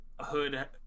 hood